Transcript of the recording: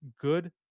good